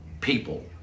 people